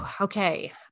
okay